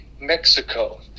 Mexico